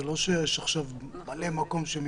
זה לא שיש עכשיו מלא מקום שמתפנה.